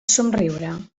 somriure